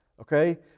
okay